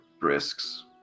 risks